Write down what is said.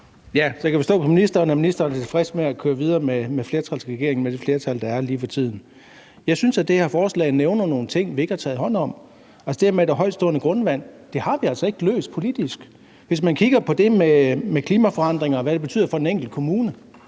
jeg kan forstå på ministeren, at ministeren er tilfreds med at køre videre med flertalsregeringen med det flertal, der er lige for tiden. Jeg synes, at det her forslag nævner nogle ting, som vi ikke har taget hånd om. Det her med, at der er højtstående grundvand, har vi altså ikke løst politisk. Hvis man kigger på det med klimaforandringerne, og hvad det betyder for den enkelte kommune,